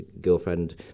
girlfriend